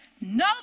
no